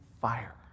fire